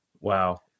Wow